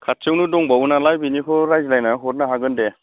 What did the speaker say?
खाथियावनो दंबावो नालाय बिनिखौ रायज्लायनानै हरनो हागोन दे